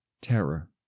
Terror